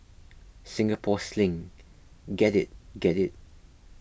Singapore Sling get it get it